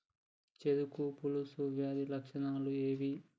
చెరుకు పొలుసు వ్యాధి లక్షణాలు ఏవి?